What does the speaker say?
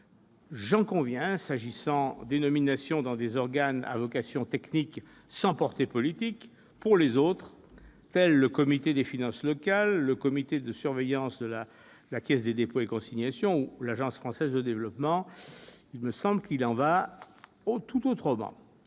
J'en conviens pour les nominations dans des organes à vocation technique, sans portée politique ; pour les autres, tels le Comité des finances locales, la commission de surveillance de la Caisse des dépôts et consignations ou le conseil d'administration de l'Agence française de développement, il me semble qu'il en va tout autrement.